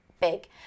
big